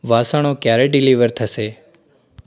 વાસણો ક્યારે ડિલિવર થશે